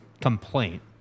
complaint